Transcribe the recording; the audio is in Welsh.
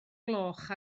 gloch